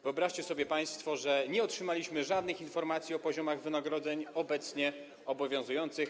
Wyobraźcie sobie państwo, że nie otrzymaliśmy żadnych informacji o poziomach wynagrodzeń obecnie obowiązujących.